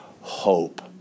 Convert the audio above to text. hope